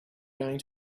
going